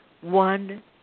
one